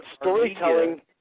storytelling